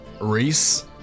Reese